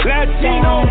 Latino